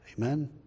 Amen